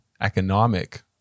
economic